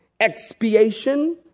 Expiation